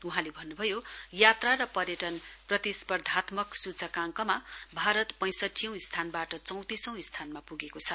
वहाँले भन्नुभयो यात्रा र पर्यटन प्रतिस्पर्धात्मक सूचकाङ्कमा भारत पैंसठीऔं स्थानबाट चौतिसौं स्थानमा पुगेको छ